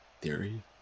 theory